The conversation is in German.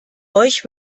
euch